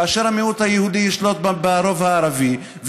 כאשר המיעוט היהודי ישלוט ברוב הערבי,